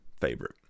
favorite